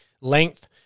length